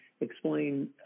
explain